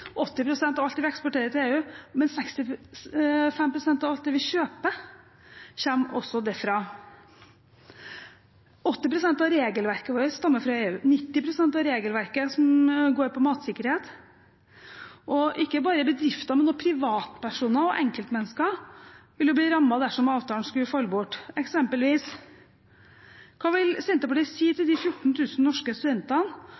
spill. Av alt vi eksporterer, selger vi 80 pst. til EU. 65 pst. av alt vi kjøper, kommer også derfra. 80 pst. av regelverket vårt stammer fra EU – og 90 pst. av regelverket som går på matsikkerhet. Ikke bare bedrifter, men også privatpersoner og enkeltmennesker vil jo bli rammet dersom avtalen skulle falle bort. Eksempelvis: Hva vil Senterpartiet si